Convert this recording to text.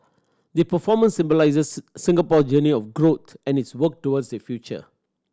the performance symbolises Singapore journey of growth and its work towards the future